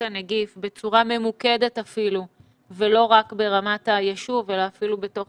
הנגיף בצורה ממוקדת ולא רק ברמת היישוב אלא אפילו בתוך